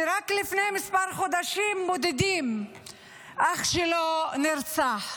ורק לפני חודשים בודדים אח שלו נרצח.